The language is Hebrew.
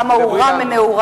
כמה הוא רע מנעוריו,